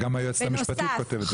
וגם היועצת המשפטית כותבת את זה.